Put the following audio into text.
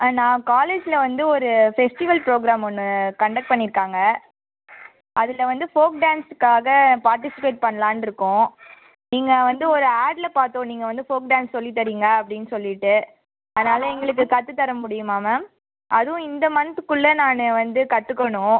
ஆ நான் காலேஜில் வந்து ஒரு ஃபெஸ்டிவல் ப்ரோக்ராம் ஒன்று கண்டக்ட் பண்ணியிருக்காங்க அதில் வந்து ஃபோக் டேன்ஸ்காக பார்ட்டிசிபேட் பண்ணலான்ருக்கோம் நீங்கள் வந்து ஒரு ஆடில் பார்த்தோம் நீங்கள் வந்து ஃபோல்க் டேன்ஸ் சொல்லிதரிங்க அப்படின்னு சொல்லிட்டு அதனால் எங்களுக்கு கற்றுத்தர முடியுமா மேம் அதுவும் இந்த மன்த்துக்குள்ளே நான் வந்து கற்றுக்கணும்